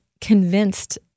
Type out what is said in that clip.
convinced